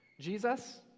Jesus